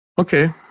Okay